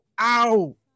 Ow